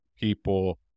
people